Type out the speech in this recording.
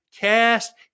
cast